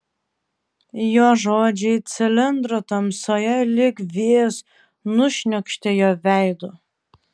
jo žodžiai cilindro tamsoje lyg vėjas nušniokštė jo veidu